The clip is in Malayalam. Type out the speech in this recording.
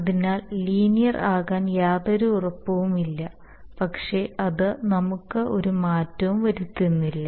അതിനാൽ ലീനിയർ ആകാൻ യാതൊരു ഉറപ്പുമില്ല പക്ഷേ അത് നമുക്ക് ഒരു മാറ്റവും വരുത്തുന്നില്ല